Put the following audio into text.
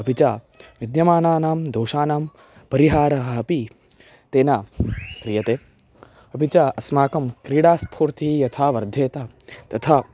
अपि च विद्यमानानां दोषाणां परिहारः अपि तेन क्रियते अपि च अस्माकं क्रीडास्फूर्तिः यथा वर्धेत तथा